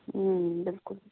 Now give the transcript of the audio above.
ਬਿਲਕੁਲ